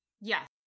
yes